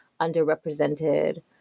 underrepresented